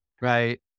Right